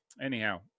anyhow